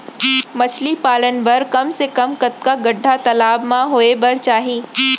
मछली पालन बर कम से कम कतका गड्डा तालाब म होये बर चाही?